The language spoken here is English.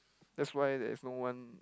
that's why there's no one